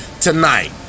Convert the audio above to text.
tonight